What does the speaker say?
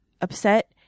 upset